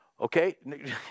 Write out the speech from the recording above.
Okay